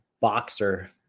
boxer